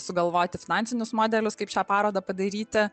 sugalvoti finansinius modelius kaip šią parodą padaryti